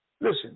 Listen